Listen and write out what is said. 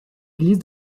églises